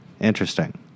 Interesting